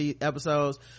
episodes